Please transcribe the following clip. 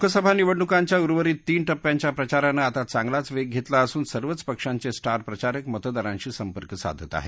लोकसभा निवडणूकांच्या उर्वरित तीन टप्प्यांच्या प्रचारानं आता चांगलाचा वेग घेतला असून सर्वच पक्षांचे स्टार प्रचारक मतदारांशी सपर्क साधत आहेत